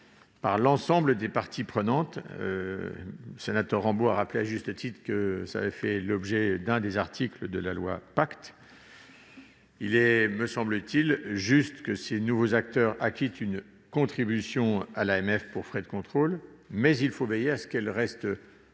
pour s'acquitter de la cotisation. M. Rambaud a rappelé, à juste titre, que cela avait fait l'objet de l'un des articles de la loi Pacte. Il est, me semble-t-il, juste que ces nouveaux acteurs acquittent une contribution à l'AMF pour frais de contrôle, mais il faut veiller à ce qu'elle reste proportionnée